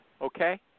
Okay